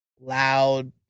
Loud